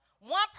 One